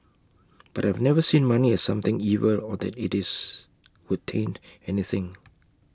but I've never seen money as something evil or that IT is would taint anything